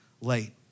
late